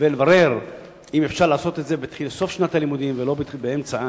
ולברר אם אפשר לעשות את זה בסוף שנת הלימודים ולא באמצעיתה,